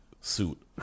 suit